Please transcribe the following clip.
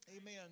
amen